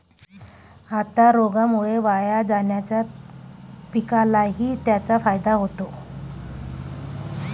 आता रोगामुळे वाया जाणाऱ्या पिकालाही त्याचा फायदा होतो